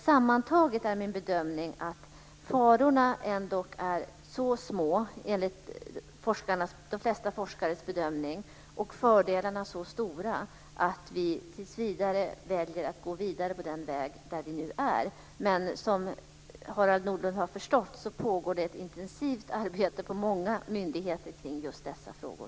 Sammantaget är min bedömning att farorna ändock är så små enligt de flesta forskares bedömning och fördelarna så stora att vi tills vidare väljer att gå vidare på den väg som vi nu har valt. Men som Harald Nordlund har förstått pågår ett intensivt arbete på många myndigheter kring dessa frågor.